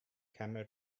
camel